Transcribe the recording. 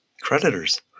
Creditors